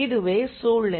இதுவே சூழ்நிலை